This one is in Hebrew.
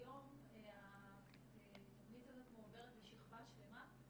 היום התוכנית הזאת מועברת לשכבה שלמה.